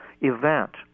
event